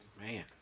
Man